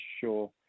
sure